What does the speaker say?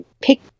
pick